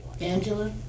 Angela